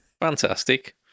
Fantastic